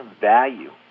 value